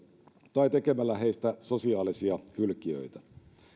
tai tekemällä heistä sosiaalisia hylkiöitä